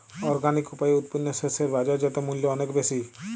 organic উপায়ে উৎপন্ন শস্য এর বাজারজাত মূল্য অনেক বেশি